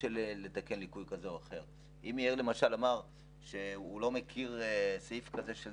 אמר את הרעיון הבסיסי של